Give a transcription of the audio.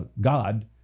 God